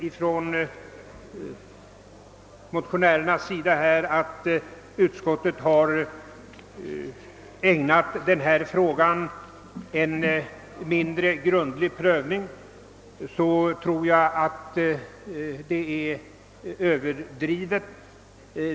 När motionärerna säger att utskottet ägnat denna fråga en mindre grundlig prövning är detta påstående överdrivet.